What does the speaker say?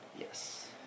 Yes